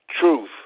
truth